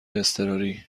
اضطراری